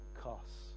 costs